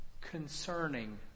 concerning